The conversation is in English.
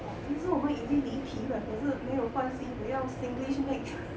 其实我们已经离题了可是没有关系只要 singlish mix